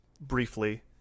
briefly